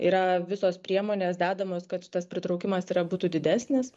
yra visos priemonės dedamos kad tas pritraukimas yra būtų didesnis